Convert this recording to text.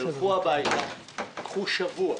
תלכו הביתה, קחו שבוע.